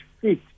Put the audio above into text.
fit